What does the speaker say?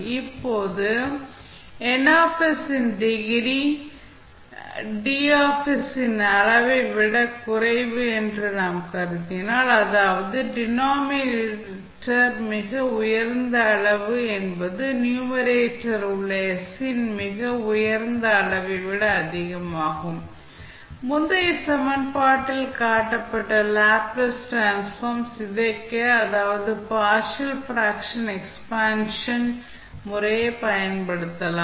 இப்போதுN இன் degree D இன் அளவை விடக் குறைவு என்று நாம் கருதினால் அதாவது டினாமினேட்டர் மிக உயர்ந்த அளவு என்பது நியூமரேட்டர் உள்ள s இன் மிக உயர்ந்த அளவை விட அதிகமாகும் முந்தைய சமன்பாட்டில் காட்டப்பட்ட லேப்ளேஸ் டிரான்ஸ்ஃபார்ம் சிதைக்க அதாவது பார்ஷியல் பிராக்க்ஷன் எக்ஸ்பான்ஷன் முறையைப் பயன்படுத்தலாம்